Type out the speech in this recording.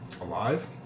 alive